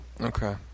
Okay